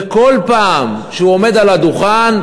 וכל פעם שהוא עומד על הדוכן,